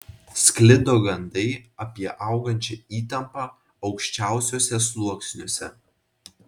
sklido gandai apie augančią įtampą aukščiausiuose sluoksniuose